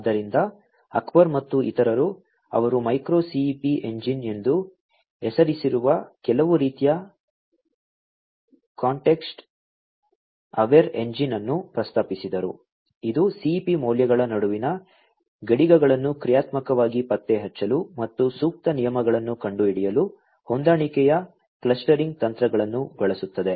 ಆದ್ದರಿಂದ ಅಕ್ಬರ್ ಮತ್ತು ಇತರರು ಅವರು micro CEP ಎಂಜಿನ್ ಎಂದು ಹೆಸರಿಸಿರುವ ಕೆಲವು ರೀತಿಯ ಕಾಂಟೆಕ್ಸ್ಟ್ ಅವೇರ್ ಎಂಜಿನ್ ಅನ್ನು ಪ್ರಸ್ತಾಪಿಸಿದರು ಇದು CEP ಮೌಲ್ಯಗಳ ನಡುವಿನ ಗಡಿಗಳನ್ನು ಕ್ರಿಯಾತ್ಮಕವಾಗಿ ಪತ್ತೆಹಚ್ಚಲು ಮತ್ತು ಸೂಕ್ತ ನಿಯಮಗಳನ್ನು ಕಂಡುಹಿಡಿಯಲು ಹೊಂದಾಣಿಕೆಯ ಕ್ಲಸ್ಟರಿಂಗ್ ತಂತ್ರಗಳನ್ನು ಬಳಸುತ್ತದೆ